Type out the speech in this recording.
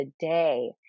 today